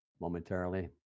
momentarily